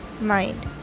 mind